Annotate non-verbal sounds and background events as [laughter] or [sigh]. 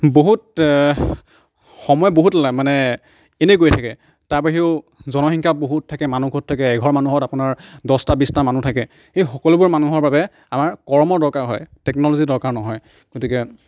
বহুত সময় বহুত লাগে মানে এনেই গৈ থাকে তাৰ বাহিৰেও জনসংখ্যা বহুত থাকে মানুহ [unintelligible] থাকে এঘৰ মানুহত আপোনাৰ দহটা বিছটা মানুহ থাকে এই সকলোবোৰ মানুহৰ বাবে আমাৰ কৰ্মৰ দৰকাৰ হয় টেকন'লজি দৰকাৰ নহয় গতিকে